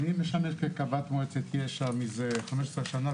אני משמש כקב"ט מועצת יש"ע מזה 15 שנה,